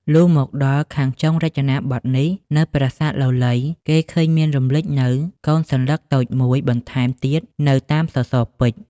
លុះមកដល់ខាងចុងរចនាបថនេះនៅប្រាសាទលលៃគេឃើញមានរំលេចនូវកូនសន្លឹកតូចមួយបន្ថែមទៀតនៅតាមសសរពេជ្រ។